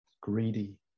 greedy